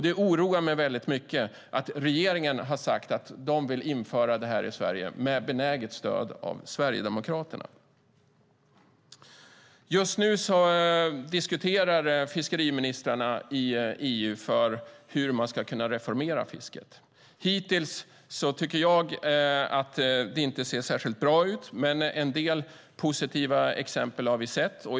Det oroar mig väldigt mycket att regeringen har sagt att man vill införa det här i Sverige med benäget stöd av Sverigedemokraterna. Just nu diskuterar fiskeriministrarna i EU hur man ska kunna reformera fisket. Jag tycker inte att det ser särskilt bra ut hittills, men vi har sett en del positiva exempel.